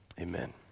amen